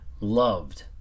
loved